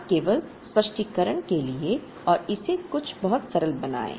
अब केवल स्पष्टीकरण के लिए और इसे बहुत सरल बनाएं